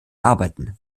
arbeiten